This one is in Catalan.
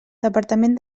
departament